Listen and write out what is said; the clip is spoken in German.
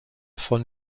von